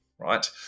right